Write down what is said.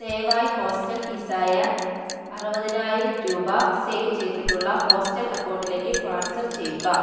ദയവായി ഹോസ്റ്റൽ ഫീസായ അറുപതിനായിരം രൂപ സേവ് ചെയ്തിട്ടുള്ള ഹോസ്റ്റൽ അക്കൗണ്ടിലേക്ക് ട്രാൻസ്ഫർ ചെയ്യുക